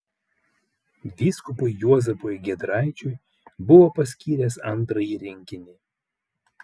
vyskupui juozapui giedraičiui buvo paskyręs antrąjį rinkinį